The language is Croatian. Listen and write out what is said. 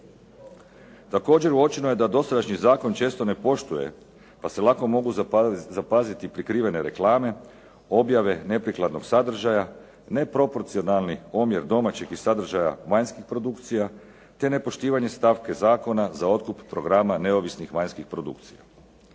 Također, uočeno je da dosadašnji zakon često ne poštuje, pa se lako mogu zapaziti prikrivene reklame, objave neprikladnog sadržaja, neproporcionalni omjer domaćih i sadržaja vanjskih produkcija, te nepoštivanje stavke zakona za otkup programa neovisnih vanjskih produkcija.